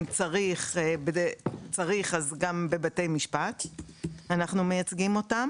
אם צריך, אנחנו מייצגים אותם